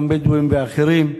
גם בדואים ואחרים,